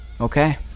Okay